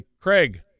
Craig